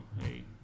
hey